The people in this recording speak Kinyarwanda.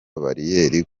bariyeri